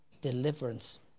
deliverance